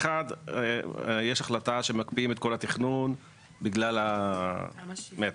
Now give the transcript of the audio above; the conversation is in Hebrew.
יש החלטה שמקפיאים את כל התכנון בגלל המטרו?